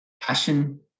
Passion